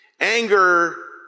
Anger